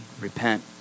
repent